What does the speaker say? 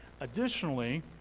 Additionally